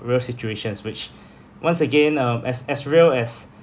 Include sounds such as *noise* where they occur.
real situations which *breath* once again um as as real as